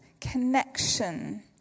connection